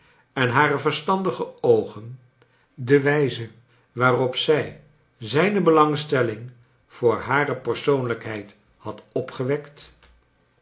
en hare verstandige oogen de wijze waarop zij zijne belangstelling voor hare persoonlijkheid had opgewekt